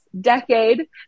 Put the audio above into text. decade